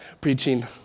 preaching